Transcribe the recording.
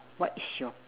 what is your